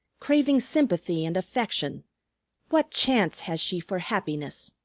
craving sympathy and affection what chance has she for happiness?